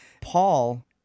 paul